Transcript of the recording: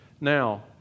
now